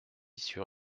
sur